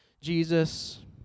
Jesus